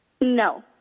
No